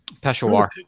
Peshawar